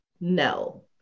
no